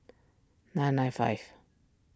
nine nine five